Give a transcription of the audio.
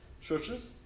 churches